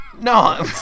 no